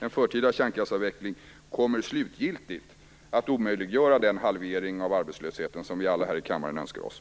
En förtida kärnkraftsavveckling kommer slutgiltigt att omöjliggöra den halvering av arbetslösheten som vi alla i denna kammare önskar oss.